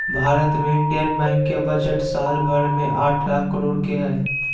भारत मे इन्डियन बैंको के बजट साल भर मे आठ लाख करोड के हय